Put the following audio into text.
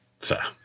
Fair